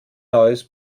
neues